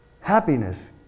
Happiness